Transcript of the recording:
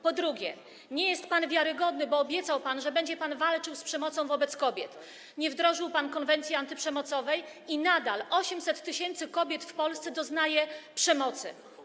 Po drugie, nie jest pan wiarygodny, bo obiecał pan, że będzie pan walczył z przemocą wobec kobiet, a nie wdrożył pan konwencji antyprzemocowej i nadal 800 tys. kobiet w Polsce doznaje przemocy.